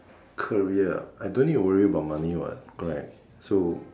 career I don't need a worry about money correct so